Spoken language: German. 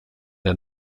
der